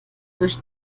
durch